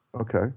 Okay